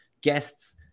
guests